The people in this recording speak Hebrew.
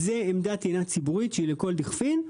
זו עמדה טעינה ציבורית שהיא לכל דכפין,